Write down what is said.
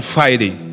Friday